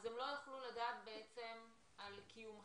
הם לא יוכלו לדעת על קיומכם.